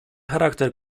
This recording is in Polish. charakter